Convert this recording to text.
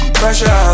pressure